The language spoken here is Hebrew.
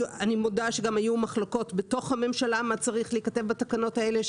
אני מודה שגם היו מחלוקות בתוך הממשלה מה צריך להיכתב בתקנות האלה,